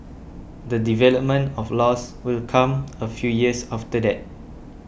the development of laws will come a few years after that